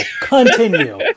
continue